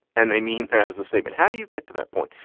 and they mean that as a state. and how do you get to that point?